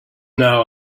now